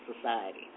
society